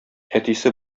әтисе